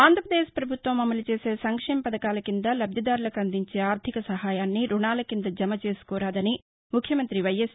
ఆంధ్రప్రదేశ్ పభుత్వం అమలు చేసే సంక్షేమ పధకాల కింద లబ్గిదారులకు అందించే ఆర్గిక సహాయాన్ని రుణాల కింద జమ చేసుకోరాదని ముఖ్యమంతి వైఎస్